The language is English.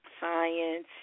science